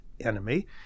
enemy